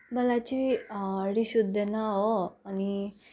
मलाई चाहिँ रिस उठ्दैन हो अनि